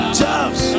jobs